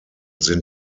sind